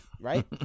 right